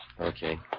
Okay